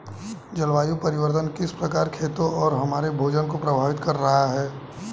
जलवायु परिवर्तन किस प्रकार खेतों और हमारे भोजन को प्रभावित कर रहा है?